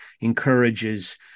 encourages